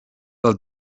del